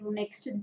next